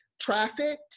trafficked